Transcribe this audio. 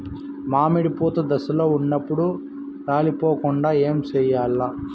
మామిడి పూత దశలో ఉన్నప్పుడు రాలిపోకుండ ఏమిచేయాల్ల?